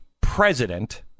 president